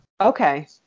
Okay